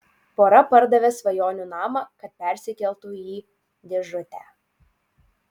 pora pardavė svajonių namą kad persikeltų į dėžutę